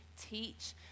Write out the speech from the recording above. teach